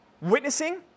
Witnessing